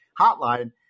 hotline